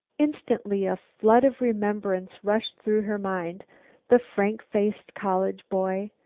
instantly a flood of remembrance rushed through her mind the frank-faced college boy,